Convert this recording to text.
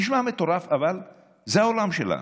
נשמע מטורף, אבל זה העולם שלנו.